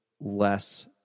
less